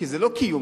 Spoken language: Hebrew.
כי זה לא קיום.